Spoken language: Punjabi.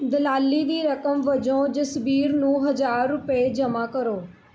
ਦਲਾਲੀ ਦੀ ਰਕਮ ਵਜੋਂ ਜਸਬੀਰ ਨੂੰ ਹਜ਼ਾਰ ਰੁਪਏ ਜਮਾਂ ਕਰੋ